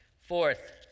Fourth